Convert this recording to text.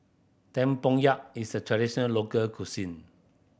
tempoyak is a traditional local cuisine